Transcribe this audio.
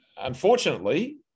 Unfortunately